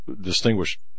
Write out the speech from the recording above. distinguished